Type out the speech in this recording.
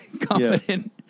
confident